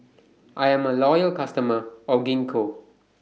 I Am A Loyal customer of Gingko